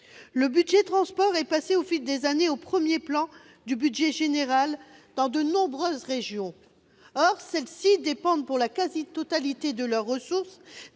Le budget transport est passé au fil des années au premier plan du budget général dans de nombreuses régions. Or celles-ci dépendent, pour la quasi-totalité de leurs ressources,